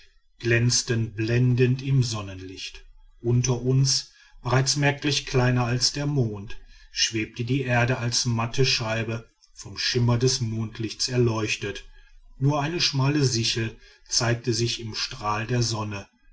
glänzten blendend im sonnenlicht unter uns bereits merklich kleiner als der mond schwebte die erde als matte scheibe vom schimmer des mondlichts erleuchtet nur eine schmale sichel zeigte sich im strahl der sonne